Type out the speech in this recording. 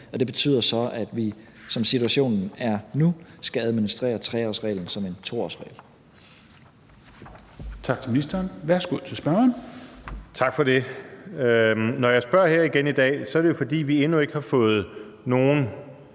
som situationen er nu, skal administrere 3-årsreglen som en 2-årsregel.